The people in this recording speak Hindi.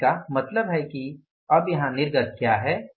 तो इसका मतलब है कि अब यहाँ निर्गत क्या है